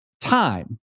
time